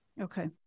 Okay